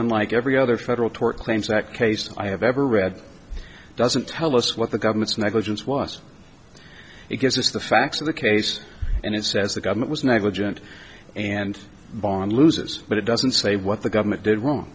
unlike every other federal tort claims that case i have ever read doesn't tell us what the government's negligence was it gives us the facts of the case and it says the government was negligent and bond loses but it doesn't say what the government did wrong